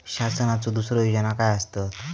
शासनाचो दुसरे योजना काय आसतत?